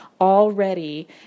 already